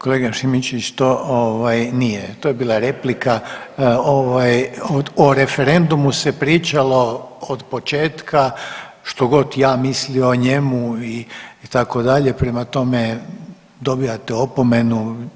Kolega Šimičević to nije to je bila replika, o referendumu se pričalo od početka što god ja mislio o njemu itd., prema tome dobijate opomenu.